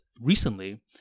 recently